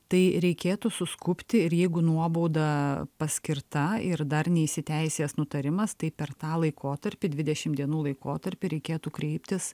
tai reikėtų suskubti ir jeigu nuobauda paskirta ir dar neįsiteisėjęs nutarimas tai per tą laikotarpį dvidešimt dienų laikotarpį reikėtų kreiptis